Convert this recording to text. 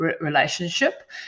relationship